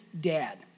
dad